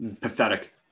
pathetic